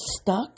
stuck